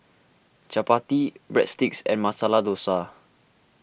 Chapati Breadsticks and Masala Dosa